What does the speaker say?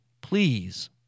please